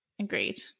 Agreed